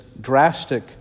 drastic